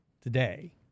today